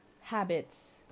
habits